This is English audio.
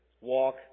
walk